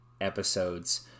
episodes